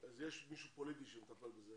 יש איש פוליטי שמטפל בזה,